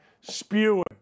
spewing